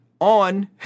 on